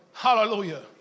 Hallelujah